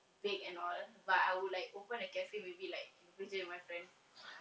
bake and all but I would like open a cafe maybe like in the future with my friend